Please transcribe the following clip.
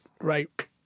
right